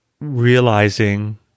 realizing